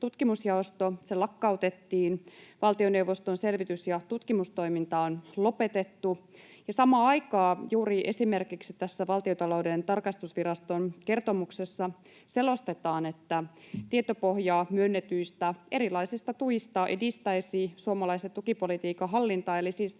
tutkimusjaosto lakkautettiin ja valtioneuvoston selvitys- ja tutkimustoiminta on lopetettu. Samaan aikaan juuri esimerkiksi tässä Valtiontalouden tarkastusviraston kertomuksessa selostetaan, että tietopohja myönnetyistä erilaisista tuista edistäisi suomalaisen tukipolitiikan hallintaa, eli siis